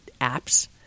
apps